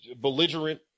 belligerent